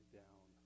down